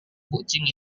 kucing